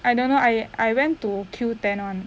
I don't know I I went to Q ten [one]